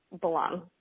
belong